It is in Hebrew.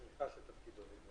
המיועד.